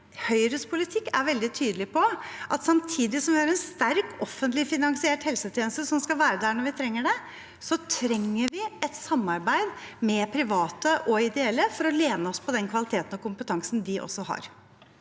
Høyres politikk er veldig tydelig på at samtidig som vi har en sterk offentlig finansiert helsetjeneste som skal være der når vi trenger det, trenger vi et samarbeid med private og ideelle for å lene oss på den kvaliteten og kompetansen de også har.